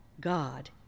God